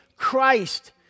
christ